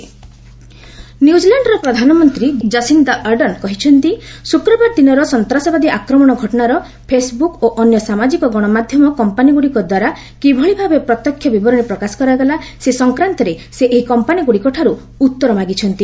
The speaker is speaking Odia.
ନ୍ୟୁଜିଲ୍ୟାଣ୍ଡ ଆଟାକ୍ ନ୍ୟୁଜିଲ୍ୟାଣ୍ଡର ପ୍ରଧାନମନ୍ତ୍ରୀ ଯସିନ୍ଦା ଅର୍ଡର୍ଣ୍ଣ କହିଛନ୍ତି ଶ୍ରକ୍ରବାର ଦିନର ସନ୍ତାସବାଦୀ ଆକ୍ରମଣ ଘଟଣାର ଫେସ୍ବୁକ୍ ଓ ଅନ୍ୟ ସାମାଜିକ ଗଶମାଧ୍ୟମ କମ୍ପାନୀଗୁଡ଼ିକଦ୍ୱାରା କିଭଳି ଭାବେ ପ୍ରତ୍ୟକ୍ଷ ବିବରଣୀ ପ୍ରକାଶ କରାଗଲା ସେ ସଂକ୍ରାନ୍ତରେ ସେ ସେହି କମ୍ପାନୀଗୁଡ଼ିକଠାରୁ ଉତ୍ତର ମାଗିଛନ୍ତି